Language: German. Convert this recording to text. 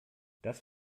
das